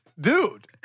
Dude